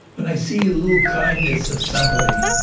when i see a little kindness of somebody,